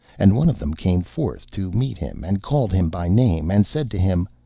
and one of them came forth to meet him, and called him by name, and said to him,